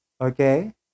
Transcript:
Okay